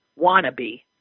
wannabe